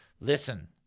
Listen